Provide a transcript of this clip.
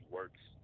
works